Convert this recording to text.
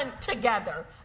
together